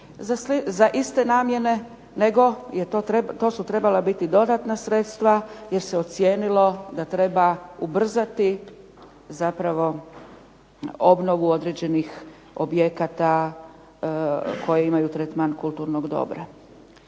za iste namjene, nego je to su trebala biti dodatna sredstva, jer se ocijenilo da treba ubrzati zapravo obnovu određenih objekata koji imaju tretman kulturnog dobra.